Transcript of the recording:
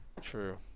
True